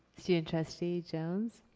student trustee jones.